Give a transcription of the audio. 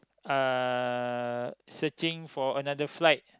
uh searching for another flight